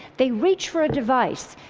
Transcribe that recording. they reach for a device.